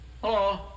Hello